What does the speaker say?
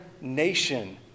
nation